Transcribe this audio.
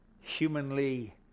humanly